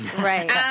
Right